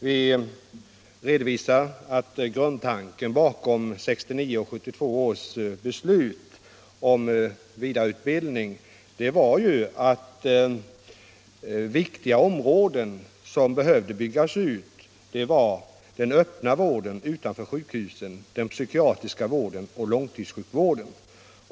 Vi redovisar att grundtanken bakom 1969 och 1972 års beslut om vidareutbildning av läkare var att viktiga områden som behövde byggas ut var den öppna vården utanför sjukhusen, den psykiatriska vården och långtidssjukvården.